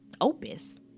opus